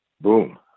boom